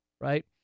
right